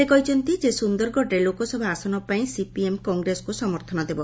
ସେ କହିଛନ୍ତି ଯେ ସୁନ୍ଦରଗଡରେ ଲୋକସଭା ଆସନ ପାଇଁ ସିପିଏମ୍ କଂଗ୍ରେସକୁ ସମର୍ଥନ ଦେବ